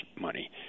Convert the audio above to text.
money